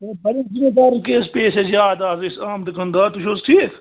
ہَے بڑے دِنوں بعد پیٚیہِ حظ أسۍ یاد آ بہٕ چھُس عام دُکانٛدار تُہۍ چھِو حظ ٹھیٖک